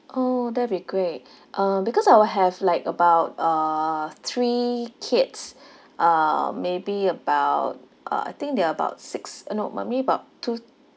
orh that'd be great uh because I will have like about uh three kids uh maybe about uh I think they are about six uh no maybe about two